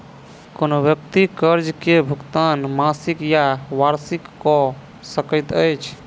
कोनो व्यक्ति कर्ज के भुगतान मासिक या वार्षिक कअ सकैत अछि